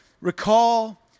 recall